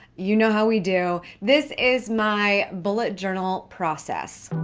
you know how we do. this is my bullet journal process.